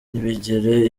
ntibigire